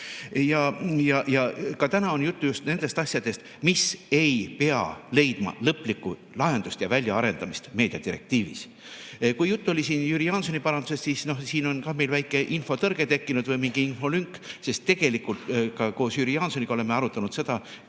Ja ka täna on juttu just nendest asjadest, mis ei pea leidma lõplikku lahendust ja väljaarendamist meediadirektiivis. Kui jutt oli siin Jüri Jaansoni paranduses[ettepanekust], siis siin on meil väike infotõrge tekkinud või mingi infolünk. Tegelikult oleme ka koos Jüri Jaansoniga arutanud,